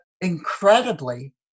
incredibly